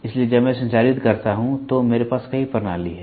इसलिए जब मैं संचारित करता हूं तो मेरे पास कई प्रणाली है